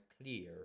clear